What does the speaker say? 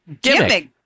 Gimmick